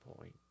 point